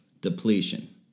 depletion